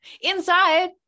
inside